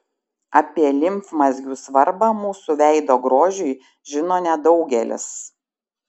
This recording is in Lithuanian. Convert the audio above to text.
apie limfmazgių svarbą mūsų veido grožiui žino nedaugelis